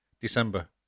December